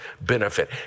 benefit